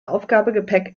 aufgabegepäck